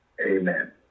amen